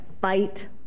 fight